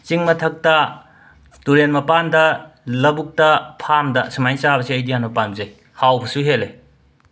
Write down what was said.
ꯆꯤꯡ ꯃꯊꯛꯇ ꯇꯨꯔꯦꯟ ꯃꯄꯥꯟꯗ ꯂꯕꯨꯛꯇ ꯐꯥꯝꯗ ꯁꯨꯃꯥꯏꯅ ꯆꯥꯕꯁꯦ ꯑꯩꯗꯤ ꯌꯥꯝꯅ ꯄꯥꯝꯖꯩ ꯍꯥꯎꯕꯁꯨ ꯍꯦꯜꯂꯦ